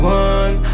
one